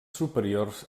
superiors